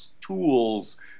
tools